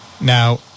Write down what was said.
now